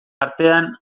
artean